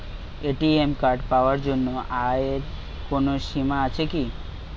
ATM card পাওয়ার জন্য আয়ের কোনো সীমা আছে কি?